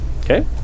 Okay